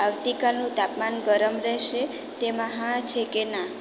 આવતીકાલનું તાપમાન ગરમ રહેશે તેમાં હા છે કે ના